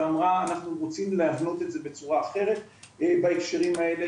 ואמרה אנחנו רוצים להבנות את זה בצורה אחרת בהקשרים האלה.